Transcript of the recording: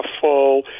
full